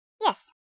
Yes